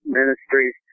ministries